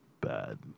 bad